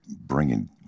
bringing